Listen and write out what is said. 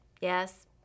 yes